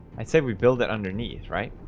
i say we build it underneath right